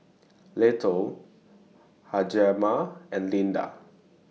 Little Hjalmar and Lena